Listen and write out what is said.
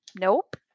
Nope